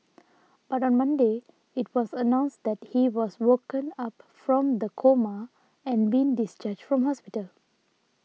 but on Monday it was announced that he has woken up from the coma and been discharged from hospital